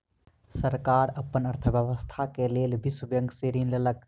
सरकार अपन अर्थव्यवस्था के लेल विश्व बैंक से ऋण लेलक